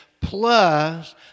plus